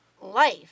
life